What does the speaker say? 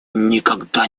никогда